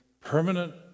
permanent